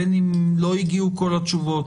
בין אם לא הגיעו כל התשובות,